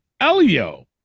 Elio